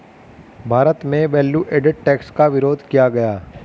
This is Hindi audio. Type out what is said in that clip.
भारत में वैल्यू एडेड टैक्स का विरोध किया गया